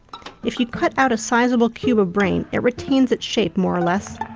if you cut out a sizeable cube of brain it retains its shape more or less.